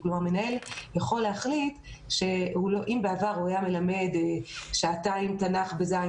המנהל יכול להחליט שאם בעבר הוא היה מלמד שעתיים תנ"ך בכיתה ז',